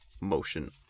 motion